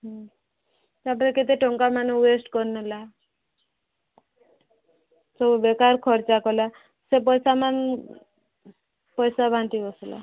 ହୁଁ ସେଥେରେ କେତେ ଟଙ୍କା ମାନ ୱେଷ୍ଟ କରିନେଲା ସବୁ ବେକାର ଖର୍ଚ୍ଚ କଲା ସେ ପଇସା ମାନ ପଇସା ବାଣ୍ଟି ବସିଲା